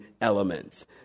elements